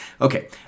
Okay